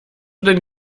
denn